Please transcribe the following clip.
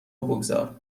بگذار